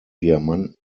diamanten